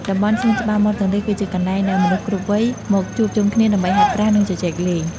តំបន់សួនច្បារមាត់ទន្លេ គឺជាកន្លែងដែលមនុស្សគ្រប់វ័យមកជួបជុំគ្នាដើម្បីហាត់ប្រាណ និងជជែកលេង។